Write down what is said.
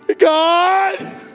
God